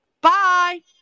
Bye